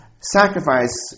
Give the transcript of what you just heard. sacrifice